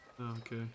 Okay